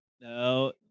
No